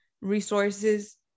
resources